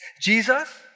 Jesus